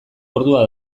ordua